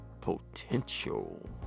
Potential